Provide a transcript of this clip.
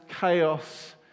chaos